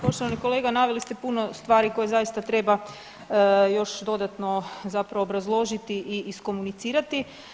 Poštovani kolega, naveli ste puno stvari koje zaista treba još dodatno zapravo obrazložiti i iskomunicirati.